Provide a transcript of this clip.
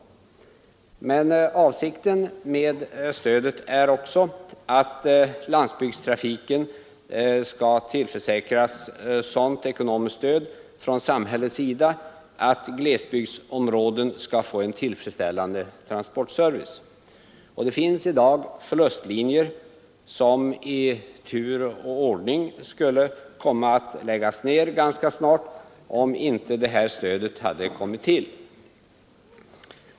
Men avsikten med stödet är också att landsbygdstrafiken skall tillförsäkras sådant ekonomiskt stöd från samhällets sida, att glesbygdsområden skall få en tillfredsställande transportservice. Det finns i dag förlustlinjer, som i tur och ordning skulle läggas ned ganska snart, om inte detta stöd hade kommit till.